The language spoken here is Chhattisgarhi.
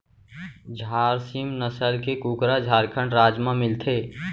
झारसीम नसल के कुकरा झारखंड राज म मिलथे